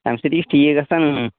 تَمہِ سۭتی چھِ ٹھیٖک گژھان اۭں